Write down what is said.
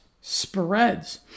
spreads